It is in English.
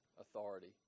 authority